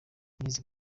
n’izi